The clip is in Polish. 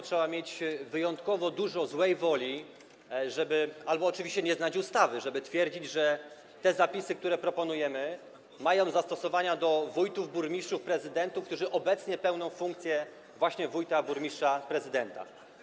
Trzeba mieć wyjątkowo dużo złej woli albo oczywiście nie znać ustawy, żeby twierdzić, że te zapisy, które proponujemy, mają zastosowanie do wójtów, burmistrzów, prezydentów, którzy obecnie pełnią funkcję właśnie wójta, burmistrza, prezydenta.